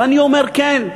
ואני אומר, כן,